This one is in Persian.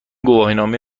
گواهینامه